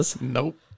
Nope